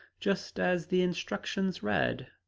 just as the instructions read.